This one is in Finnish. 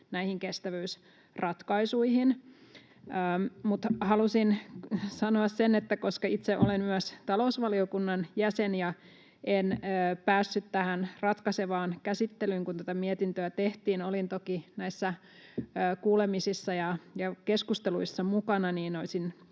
näihin kestävyysratkaisuihin. Mutta halusin sanoa sen, että koska itse olen myös talousvaliokunnan jäsen ja en päässyt tähän ratkaisevaan käsittelyyn, kun tätä mietintöä tehtiin — olin toki näissä kuulemisissa ja keskusteluissa mukana — olisin